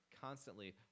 constantly